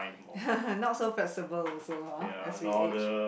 not so feasible also ah as we age